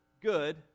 good